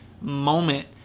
moment